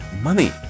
Money